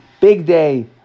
big-day